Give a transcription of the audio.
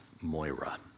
Moira